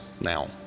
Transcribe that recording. now